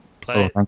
play